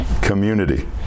community